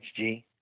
HG